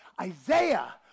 Isaiah